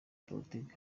politiki